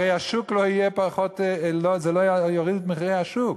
הרי זה לא יוריד את מחירי השוק,